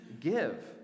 give